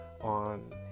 on